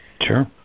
Sure